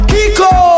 Kiko